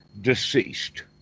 deceased